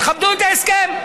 תכבדו את ההסכם.